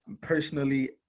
Personally